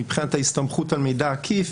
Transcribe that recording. מבחינת ההסתמכות על מידע עקיף,